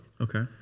Okay